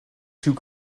zoek